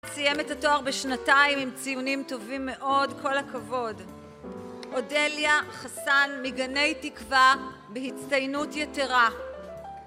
סיים את התואר בשנתיים עם ציונים טובים מאוד, כל הכבוד! אודליה חסן מגני תקווה בהצטיינות יתרה